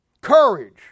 Courage